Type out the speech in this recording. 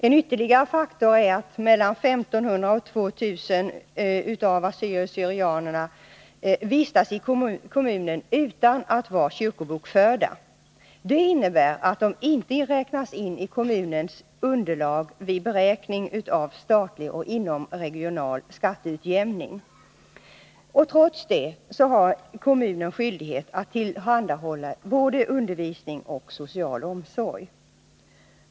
En ytterligare faktor som leder till problem är att mellan 1500 och 2 000 av assyrierna/ syrianerna vistas i kommunen utan att vara kyrkobokförda. Detta innebär att de inte räknas in i kommunens underlag vid beräkning av statlig och inomregional skatteutjämning. Trots detta har kommunen skyldighet att tillhandahålla både undervisning och social omsorg.